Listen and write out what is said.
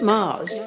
Mars